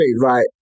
right